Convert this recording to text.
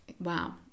Wow